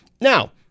Now